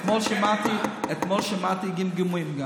אתמול שמעתי גם גמגומים.